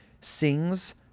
sings